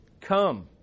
Come